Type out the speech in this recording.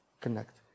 connect